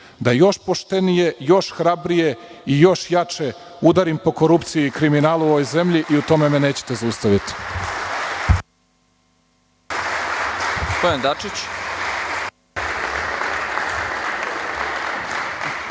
da još poštenije, još hrabrije i još jače udarim po korupciji i kriminalu u ovoj zemlji i u tome me nećete zaustaviti.